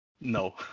no